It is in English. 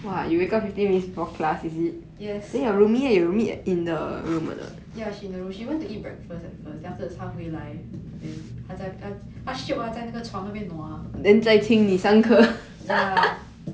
yes ya she in the room she went to eat breakfast at first then afterwards 她回来 then 她在她 shiok lah 在那个床那边 nua ya